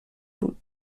بود